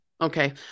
okay